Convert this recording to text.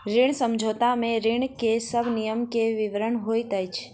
ऋण समझौता में ऋण के सब नियम के विवरण होइत अछि